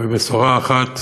ובשורה אחת